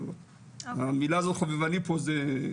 המילה הזאת חובבני פה זה,